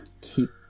keep